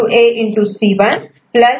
C1 B